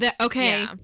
Okay